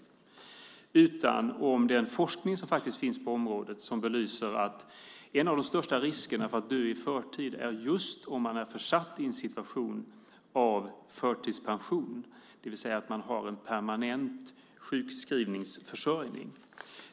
Den är förfärande också på grund av den forskning som finns på området och som säger att en av de största riskerna för att dö i förtid är om man har försatts i en situation av förtidspension, det vill säga att man har en permanent sjukskrivningsförsörjning.